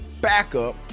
backup